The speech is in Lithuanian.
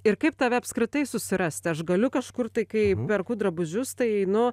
ir kaip tave apskritai susirasti aš galiu kažkur tai kai perku drabužius tai einu